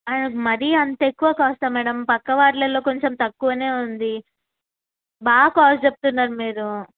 ఆ మరి అంత ఎక్కువ కాస్ట్ మేడం పక్క వాటిల్లో కొంచెం తక్కువ ఉంది బాగా కాస్ట్ చెప్తున్నారు మీరు